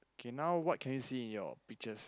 okay now what can you see in your pictures